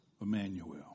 Emmanuel